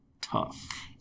tough